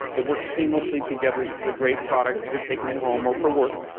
it works seamlessly together. this is a great product if you're taking it home or for work.